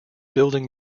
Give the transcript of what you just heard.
building